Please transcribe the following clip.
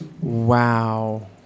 Wow